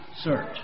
search